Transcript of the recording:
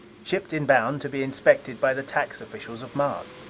shipped in bond, to be inspected by the tax officials of mars.